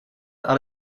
and